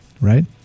right